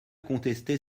contester